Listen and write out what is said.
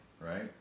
right